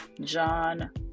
John